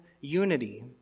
unity